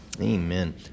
Amen